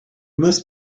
must